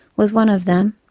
was one of them.